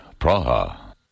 Praha